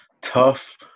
tough